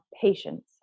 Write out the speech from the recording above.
patience